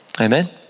Amen